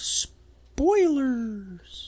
spoilers